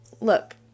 look